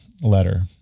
letter